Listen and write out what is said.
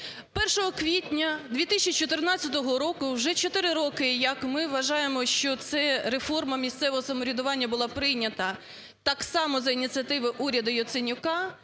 1 квітня 2014 року вже 4 роки, як ми вважаємо, що ця реформа місцевого самоврядування була прийнята так само за ініціативи уряду Яценюка